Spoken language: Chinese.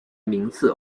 名字